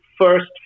first